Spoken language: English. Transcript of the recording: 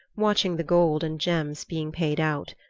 watching the gold and gems being paid out.